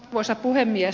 arvoisa puhemies